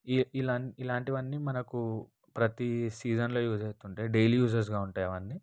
ఇలాంటి ఇలాంటివి అన్ని మనకు ప్రతి సీజన్లో యూజ్ అవుతూ ఉంటాయి డైలీ యూజెస్గా ఉంటాయి అవన్నీ